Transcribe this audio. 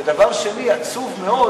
ודבר שני, עצוב מאוד